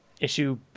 issue